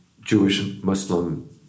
Jewish-Muslim